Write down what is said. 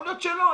יכול להיות שלא,